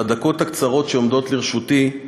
בדקות הקצרות שעומדות לרשותי,